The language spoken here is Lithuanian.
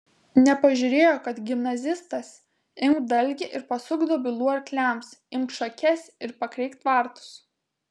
nepažiūrėjo kad gimnazistas imk dalgį ir pasuk dobilų arkliams imk šakes ir pakreik tvartus